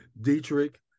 Dietrich